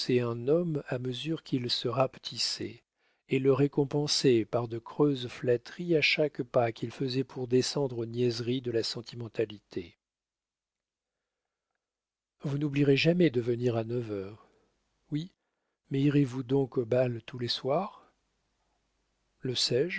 un homme à mesure qu'il se rapetissait et le récompenser par de creuses flatteries à chaque pas qu'il faisait pour descendre aux niaiseries de la sentimentalité vous n'oublierez jamais de venir à neuf heures oui mais irez-vous donc au bal tous les soirs le